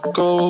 go